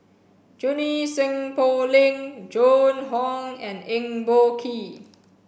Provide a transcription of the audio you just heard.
Junie Sng Poh Leng Joan Hon and Eng Boh Kee